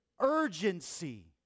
urgency